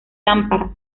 lámparas